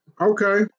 Okay